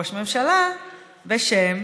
ראש ממשלה בשם,